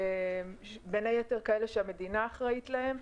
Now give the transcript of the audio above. בין היתר כאלה שהמדינה אחראית להם.